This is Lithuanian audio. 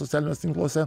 socialiniuose tinkluose